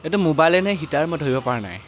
এইটো মোবাইলে নে হিটাৰ মই ধৰিব পৰা নাই